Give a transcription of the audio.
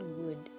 good